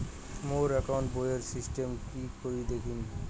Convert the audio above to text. মোর account বইয়ের statement কি করি দেখিম?